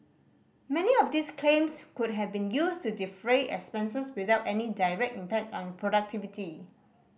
many of these claims could have been used to defray expenses without any direct impact on productivity